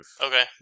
Okay